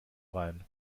rein